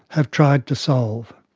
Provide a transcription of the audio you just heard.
have tried to solve.